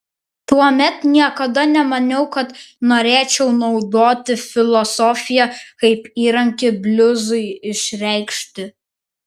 tuomet niekada nemaniau kad norėčiau naudoti filosofiją kaip įrankį bliuzui išreikšti